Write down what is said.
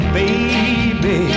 baby